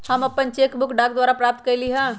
हम अपन cheque book डाक द्वारा प्राप्त कईली ह